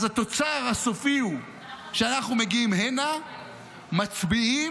אז התוצר הסופי הוא שאנחנו מגיעים הנה, מצביעים,